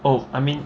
oh I mean